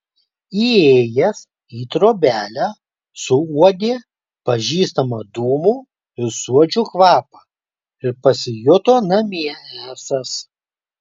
įėjęs į trobelę suuodė pažįstamą dūmų ir suodžių kvapą ir pasijuto namie esąs